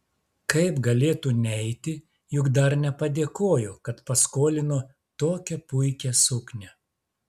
kaip galėtų neiti juk dar nepadėkojo kad paskolino tokią puikią suknią